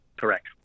Correct